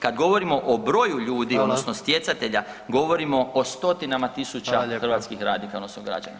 Kad govorimo o broju ljudi [[Upadica: Hvala]] odnosno stjecatelja govorimo o stotinama [[Upadica: Hvala lijepa]] tisuća hrvatskih radnika odnosno građana.